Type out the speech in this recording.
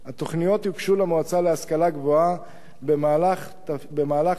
התוכניות יוגשו למועצה להשכלה גבוהה במהלך תשע"ג.